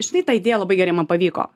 štai ta idėja labai gerai man pavyko